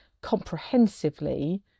comprehensively